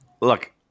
Look